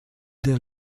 der